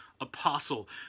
apostle